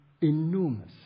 enormous